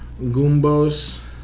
Gumbos